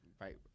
right